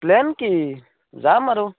plan কি যাম আৰু